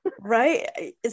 Right